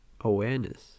awareness